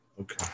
Okay